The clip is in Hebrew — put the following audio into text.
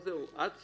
עם סיגלית,